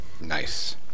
Nice